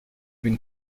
been